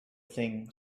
thing